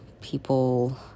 people